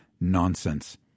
nonsense